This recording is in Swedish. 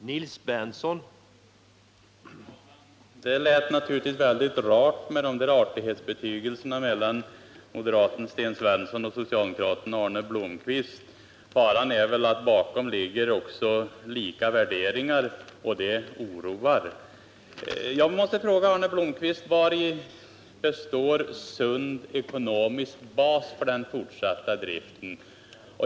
Herr talman! Det lät väldigt rart med de där artighetsbetygelserna mellan moderaten Sten Svensson och socialdemokraten Arne Blomkvist. Faran är bara att det bakom dem också ligger lika värderingar, och det oroar. Jag måste fråga Arne Blomkvist: Vari består sund ekonomisk bas för den fortsatta driften?